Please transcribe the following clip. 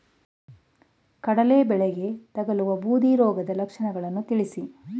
ಕಡಲೆ ಬೆಳೆಗೆ ತಗಲುವ ಬೂದಿ ರೋಗದ ಲಕ್ಷಣಗಳನ್ನು ತಿಳಿಸಿ?